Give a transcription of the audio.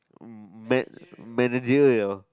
man~ managerial